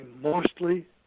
mostly